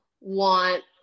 want